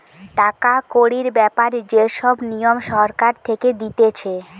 টাকা কড়ির ব্যাপারে যে সব নিয়ম সরকার থেকে দিতেছে